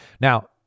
Now